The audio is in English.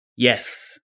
Yes